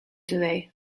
today